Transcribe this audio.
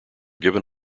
given